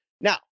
Now